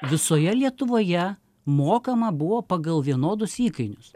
visoje lietuvoje mokama buvo pagal vienodus įkainius